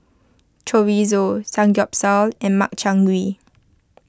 Chorizo Samgyeopsal and Makchang Gui